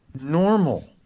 normal